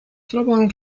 troben